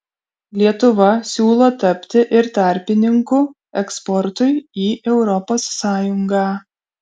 lietuva siūlo tapti ir tarpininku eksportui į europos sąjungą